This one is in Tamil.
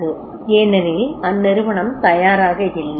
ஏனெனில் அந்நிறுவனம் தயாராக இல்லை